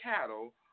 cattle